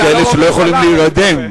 אני לא ראיתי הודעה על פתיחה מחודשת שלהם.